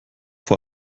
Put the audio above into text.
vor